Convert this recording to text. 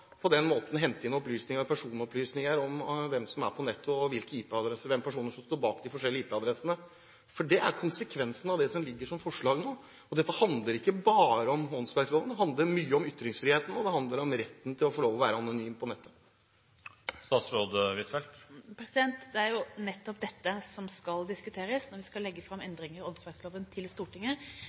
inn personopplysninger om hvem som er på nettet, og hvilke personer som står bak de forskjellige IP-adressene. For det er konsekvensen av det som ligger som forslag nå. Dette handler ikke bare om åndsverkloven, det handler mye om ytringsfriheten, og det handler om retten til å få være anonym på nettet. Det er jo nettopp dette som skal diskuteres når vi skal legge fram endringene i åndsverkloven for Stortinget.